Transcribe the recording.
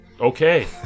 okay